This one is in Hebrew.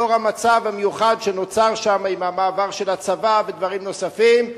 לאור המצב המיוחד שנוצר שם עם המעבר של הצבא ודברים נוספים,